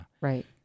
right